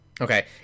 Okay